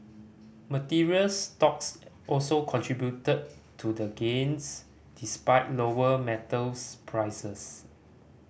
materials stocks also contributed to the gains despite lower metals prices